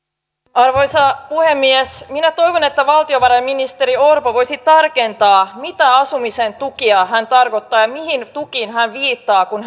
arvoisa puhemies minä toivon että valtiovarainministeri orpo voisi tarkentaa mitä asumisen tukia hän tarkoittaa ja mihin tukiin hän viittaa kun